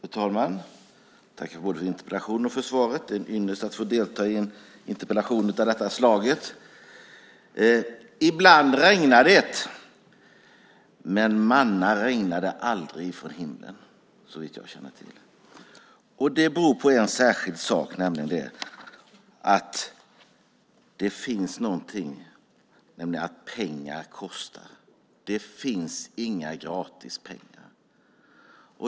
Fru talman! Tack för både interpellationen och svaret. Det är en ynnest att få delta i en interpellationsdebatt av detta slag. Ibland regnar det, men manna regnar det aldrig från himlen, såvitt jag känner till. Det beror på en särskild sak, nämligen att pengar kostar. Det finns inga gratis pengar.